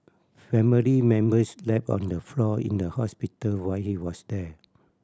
family members slept on the floor in the hospital while he was there